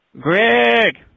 Greg